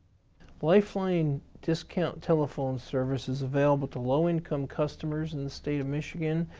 lifeline discount telephone service is available to low-income customers in the state of michigan.